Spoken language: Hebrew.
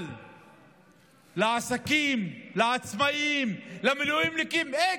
אבל לעסקים, לעצמאים, למילואימניקים, אין